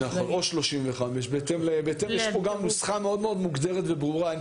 --- או 35%. יש פה גם נוסחה מאוד מוגדרת וברורה.